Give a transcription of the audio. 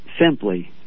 simply